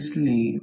5 आहे